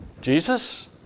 Jesus